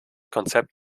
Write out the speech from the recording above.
konzept